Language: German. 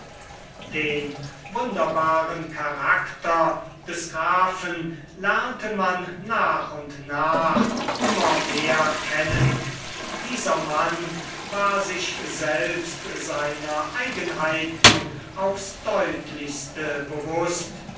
den wunderbaren charakter des grafen lernte man nach und nach immer mehr kennen dieser mann war sich selbst seiner eigenheiten aufs deutlichste bewußt